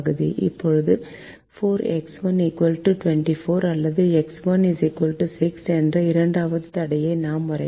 இப்போது 4X1 24 அல்லது X1 6 என்ற இரண்டாவது தடையை நாம் வரைகிறோம்